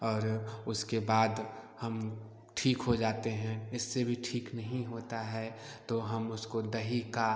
और उसके बाद हम ठीक हो जाते हैं इससे भी ठीक नहीं होता है तो हम उसको दही का